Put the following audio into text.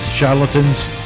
charlatans